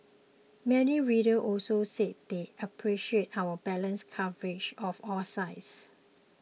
many readers also said they appreciated our balanced coverage of all sides